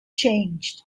changed